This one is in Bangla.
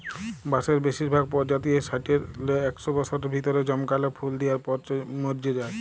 বাঁসের বেসিরভাগ পজাতিয়েই সাট্যের লে একস বসরের ভিতরে জমকাল্যা ফুল দিয়ার পর মর্যে যায়